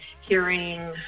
hearing